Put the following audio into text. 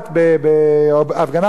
הפגנה חרדית,